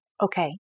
okay